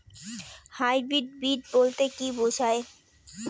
Hybrid বীজ বলতে কী বোঝায়?